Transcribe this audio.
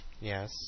Yes